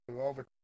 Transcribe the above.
over